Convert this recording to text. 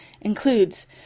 includes